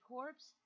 Corps